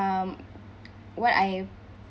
um what I